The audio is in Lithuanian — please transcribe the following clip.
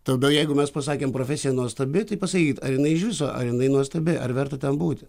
tada jeigu mes pasakėm profesija nuostabi tai pasakykit ar jinai iš viso ar jinai nuostabi ar verta ten būti